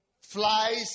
flies